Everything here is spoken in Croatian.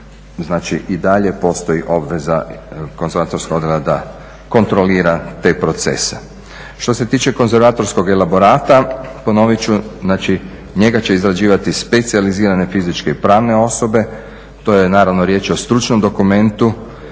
i dalje postoji obveza konzervatorskog odjela da kontrolira te procese. Što se tiče konzervatorskog elaborata ponovit ću znači njega će izrađivati specijalizirane fizičke i pravne osobe. To je naravno riječ o stručnom dokumentu